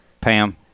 Pam